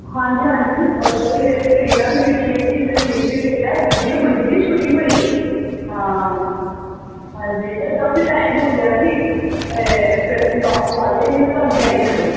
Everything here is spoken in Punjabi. ਹਾਂਜੀ ਹਾਂਜੀ ਉੱਦਾਂ ਦਾ ਹੀ ਕਰੀਨਾ ਵੀ ਦੇਖੀ ਅਸੀਂ ਦਿਲਜੀਤ ਵੀ ਦੇਖਿਆ ਵਧੀਆ ਬੜੀ ਵਧੀਆ ਸ਼ੂਟਿੰਗ ਹੋਈ ਹਾਂ ਹਾਂਜੀ ਪਰ ਕਾਫ਼ੀ ਟਾਈਮ ਹੋ ਗਿਆ ਸੀ ਅਤੇ ਫਿਰ ਅਸੀਂ ਵਾਪਸ ਆ ਗਏ ਨਹੀਂ ਤਾਂ ਤੁਹਾਨੂੰ ਲੈ ਹੀ ਜਾਂਦੇ